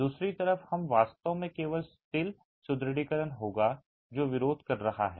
दूसरी तरफ हम वास्तव में केवल स्टील सुदृढीकरण होगा जो विरोध कर रहा है